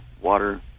water